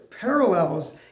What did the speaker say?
parallels